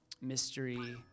mystery